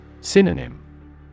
Synonym